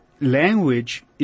language